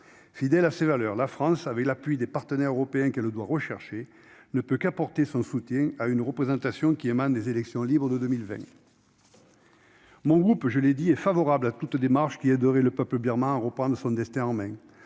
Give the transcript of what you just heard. Fidèle à ses valeurs, la France, avec l'appui qu'elle doit rechercher de la part de ses partenaires européens, ne peut qu'apporter son soutien à une représentation qui émane des élections libres de 2020. Mon groupe, je l'ai dit, est favorable à toute démarche qui aiderait le peuple birman à reprendre son destin en main